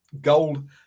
gold